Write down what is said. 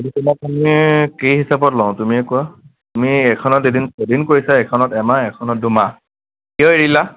আমি তোমাক আমি কি হিচাপত লওঁ তুমিয়েই কোৱা তুমি এখনত এদিন ছদিন কৰিছা এখন এমাহ এখনত দুমাহ কিয় এৰিলা